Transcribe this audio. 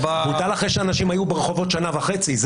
בוטל אחרי שאנשים היו ברחובות שנה וחצי.